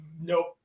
nope